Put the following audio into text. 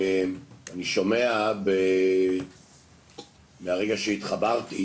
מהרגע שהתחברתי,